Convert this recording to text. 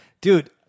Dude